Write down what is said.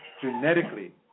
genetically